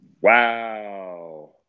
Wow